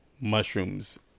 mushrooms